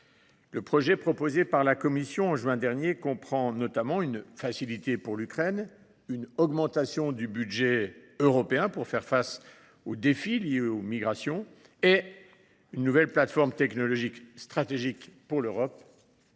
Le projet proposé par la Commission européenne au mois de juin dernier comprend notamment une facilité pour l’Ukraine, une augmentation du budget européen pour faire face aux défis liés aux migrations et une nouvelle plateforme des technologies stratégiques pour l’Europe,